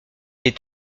est